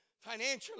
financially